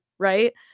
Right